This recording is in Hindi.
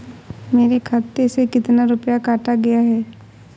मेरे खाते से कितना रुपया काटा गया है?